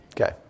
Okay